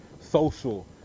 social